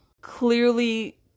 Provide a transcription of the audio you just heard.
clearly